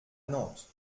nantes